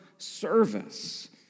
service